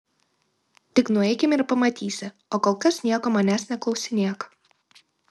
tik nueikim ir pamatysi o kol kas nieko manęs neklausinėk